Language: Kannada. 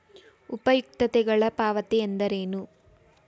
ಉಪಯುಕ್ತತೆಗಳ ಪಾವತಿ ಎಂದರೇನು?